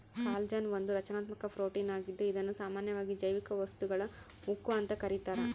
collagen ಒಂದು ರಚನಾತ್ಮಕ protein ಆಗಿದ್ದು ಇದುನ್ನ ಸಾಮಾನ್ಯವಾಗಿ ಜೈವಿಕ ವಸ್ತುಗಳ ಉಕ್ಕು ಅಂತ ಕರೀತಾರ